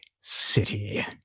city